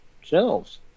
shelves